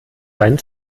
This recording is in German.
seinen